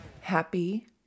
Happy